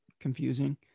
Confusing